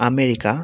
America